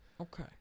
Okay